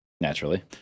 Naturally